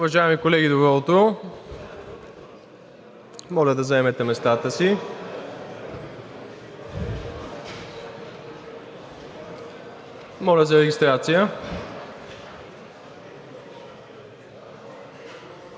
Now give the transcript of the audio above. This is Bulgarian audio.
Уважаеми колеги, добро утро! Моля да заемете местата си. Моля за регистрация.